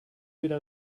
wieder